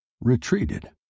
retreated